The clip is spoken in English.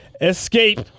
Escape